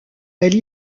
elle